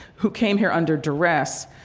who came here under duress,